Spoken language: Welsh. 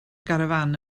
garafán